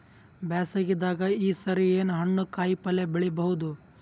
ಬ್ಯಾಸಗಿ ದಾಗ ಈ ಸರಿ ಏನ್ ಹಣ್ಣು, ಕಾಯಿ ಪಲ್ಯ ಬೆಳಿ ಬಹುದ?